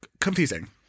Confusing